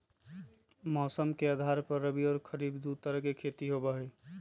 मौसम के आधार पर रबी और खरीफ दु तरह के खेती होबा हई